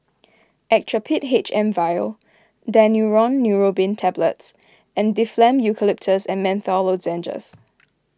Actrapid H M vial Daneuron Neurobion Tablets and Difflam Eucalyptus and Menthol Lozenges